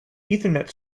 ethernet